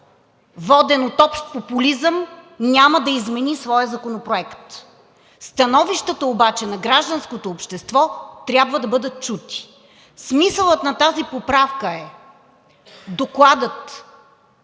воден от общ популизъм, няма да измени своя законопроект. Становищата обаче на гражданското общество трябва да бъдат чути. Смисълът на тази поправка е докладът